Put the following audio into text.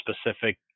specific